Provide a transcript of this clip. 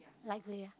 light grey ah